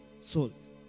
souls